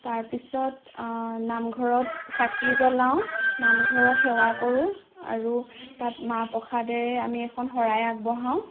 তাৰ পিছত নামঘৰত চাকি জ্বলাওঁ নামঘৰত সেৱা কৰোঁ আৰু তাত মাহ প্ৰসাদেৰে আমি এখন শৰাই আগবঢ়াওঁ